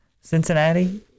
Cincinnati